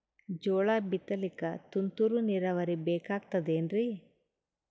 ಜೋಳ ಬಿತಲಿಕ ತುಂತುರ ನೀರಾವರಿ ಬೇಕಾಗತದ ಏನ್ರೀ?